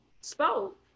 spoke